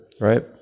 right